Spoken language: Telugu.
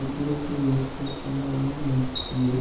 డబ్బులైతే వేస్ట్ చేసుకున్నామేమో అనిపించింది